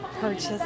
purchase